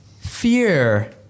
Fear